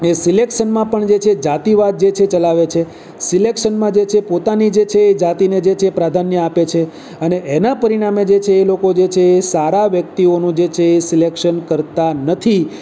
એ સિલેક્શનમાં પણ જે છે જાતિવાદ જે છે ચલાવે છે સિલેક્શનમાં જે છે પોતાની જે છે એ જાતિને જે છે પ્રાધાન્ય આપે છે અને એના પરિણામે એ જે છે એ લોકો જે છે એ સારા વ્યક્તિઓનું જે છે એ સિલેક્શન કરતા નથી